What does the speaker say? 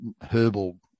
herbal